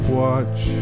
watch